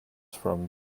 from